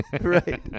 Right